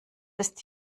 ist